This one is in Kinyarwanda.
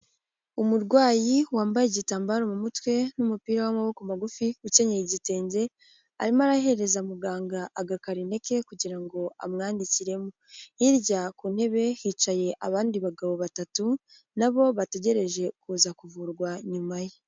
Umurwayi wambaye igitambaro mu mutwe, n'umupira w'amaboko magufi, ukenyeye igitenge, arimo arahereza muganga agakarine ke kugira ngo amwandikire, hirya ku ntebe hicaye abandi bagabo batatu nabo bategereje kuza kuvurwa nyuma ye.